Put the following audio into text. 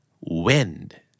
Wind